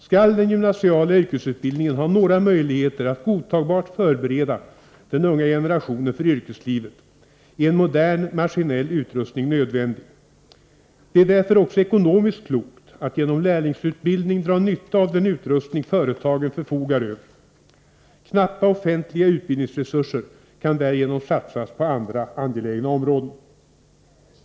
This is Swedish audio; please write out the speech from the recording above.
Skall den gymnasiala yrkesutbildningen ha några möjligheter att godtagbart förbereda den unga generationen för yrkeslivet är en modern maskinell utrustning nödvändig. Det är därför också ekonomiskt klokt att genom lärlingsutbildning dra nytta av den utrustning företagen förfogar över. Knappa offentliga utbildningsresurser kan därigenom satsas på andra angelägna områden.